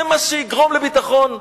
זה מה שיגרום לביטחון?